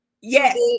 Yes